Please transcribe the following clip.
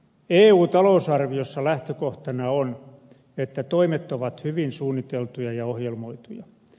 eu talousarviossa lähtökohtana on että toimet ovat hyvin suunniteltuja ja ohjelmoituja